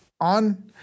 on